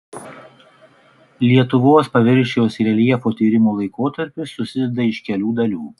lietuvos paviršiaus reljefo tyrimų laikotarpis susideda iš kelių dalių